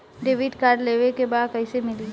Debit card लेवे के बा कईसे मिली?